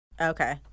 Okay